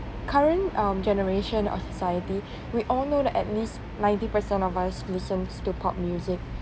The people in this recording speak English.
current um generation of society we all know that at least ninety percent of us listens to pop music